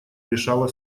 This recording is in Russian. решала